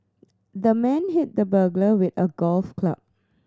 the man hit the burglar with a golf club